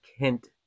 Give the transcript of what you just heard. Kent